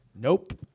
Nope